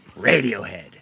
Radiohead